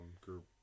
Group